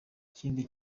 kindi